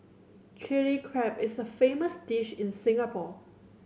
Chilli Crab is a famous dish in Singapore